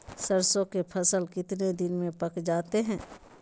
सरसों के फसल कितने दिन में पक जाते है?